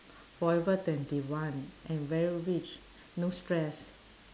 forever twenty one and very rich no stress